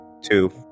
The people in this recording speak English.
Two